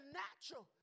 natural